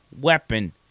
weapon